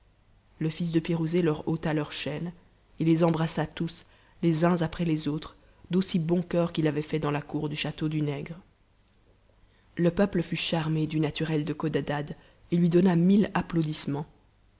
le fils de pirouzé leur ôta leurs chaînes et les embrassa tous les uns après les autres d'aussi bon cœur qu'il avait fait dans la cour du château du nègre le peuple fut charmé du naturel de codadad et lui donna mille applaudissements